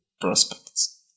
prospects